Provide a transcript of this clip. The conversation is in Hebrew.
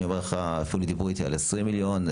אפילו דיברו איתי על 20 מיליון.